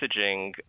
messaging